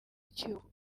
icyuho